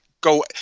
go